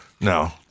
No